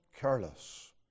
careless